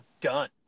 done